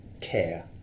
care